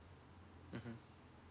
mmhmm